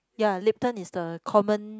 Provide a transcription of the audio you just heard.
ya Lipton is the common